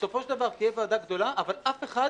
בסופו של דבר תהיה ועדה גדולה, אבל אף אחד